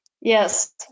Yes